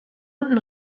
unten